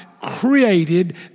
created